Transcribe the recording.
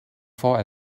vor